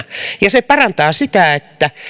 ja se parantaa sitä että